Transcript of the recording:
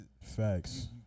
Facts